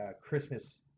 Christmas